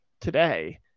today